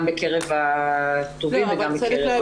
גם בקרב התובעים וגם בקרב המקבלים.